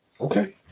Okay